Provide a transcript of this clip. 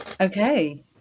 Okay